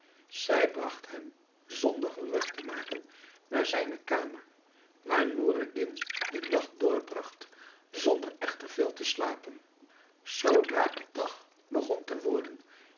zij bragt hem zonder gerucht te maken naar zijne kamer waar noureddin den nacht doorbragt zonder echter veel te slapen zoodra het dag begon te worden